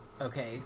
Okay